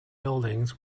buildings